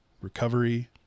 recovery